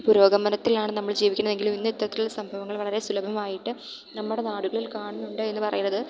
പുരോഗമനത്തിലാണ് നമ്മൾ ജീവിക്കുന്നത് എങ്കിലും ഇന്ന് ഇത്തരത്തിലുള്ള സംഭവങ്ങൾ വളരെ സുലഭമായിട്ട് നമ്മുടെ നാടുകളിൽ കാണുന്നുണ്ട് എന്ന് പറയുന്നത്